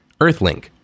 Earthlink